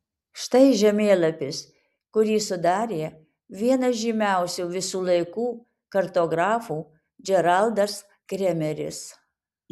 štai žemėlapis kurį sudarė vienas žymiausių visų laikų kartografų džeraldas kremeris